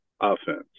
offense